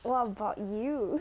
what about you